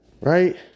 right